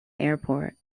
airport